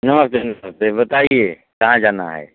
नमस्ते नमस्ते बताइए कहाँ जाना है